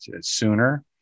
sooner